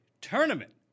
Tournament